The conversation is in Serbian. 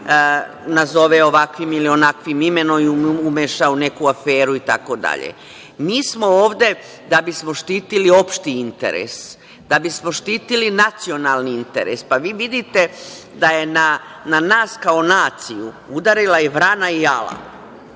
nazove ovakvim ili onakvim imenom i umeša u neku aferu itd. Mi smo ovde da bismo štitili opšti interes, da bismo štitili nacionalni interes. Vidite da je na nas kao naciju udarila je vrana i ala